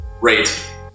rate